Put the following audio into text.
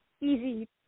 easy